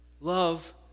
Love